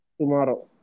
Tomorrow